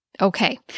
Okay